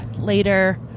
later